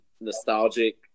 nostalgic